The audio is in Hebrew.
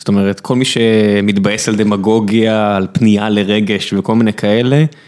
זאת אומרת כל מי שמתבאס על דמגוגיה על פנייה לרגש וכל מיני כאלה.